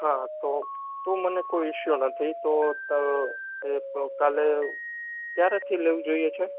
હા તો તો મને કોઇ ઇસ્યુ નથી તો ત એ તો કાલે ક્યારથી લીવ જોઈએ છે